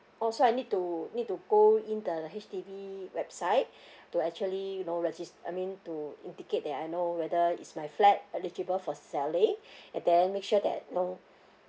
oh so I need to need to go in the H_D_B website to actually you know regis~ I mean to indicate that I know whether is my flat eligible for selling and then make sure that you know